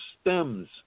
stems